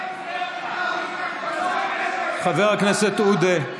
בדיוק, חבר הכנסת עודה,